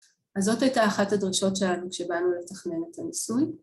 אז זאת הייתה אחת הדרשות שלנו כשבאנו לתכנן את הניסוי